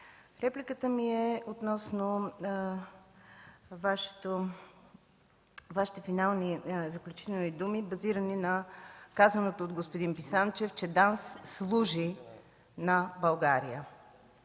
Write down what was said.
Репликата ми е относно Вашите финални заключителни думи, базирани на казаното от господин Писанчев, че ДАНС служи на България.